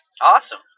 awesome